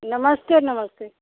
नमस्ते नमस्ते